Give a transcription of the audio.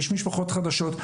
יש משפחות חדשות.